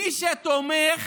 מי שתומך